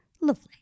Lovely